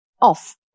off